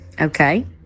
Okay